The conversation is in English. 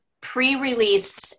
pre-release